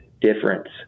difference